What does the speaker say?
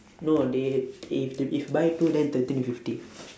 no they if if buy two then thirteen fifty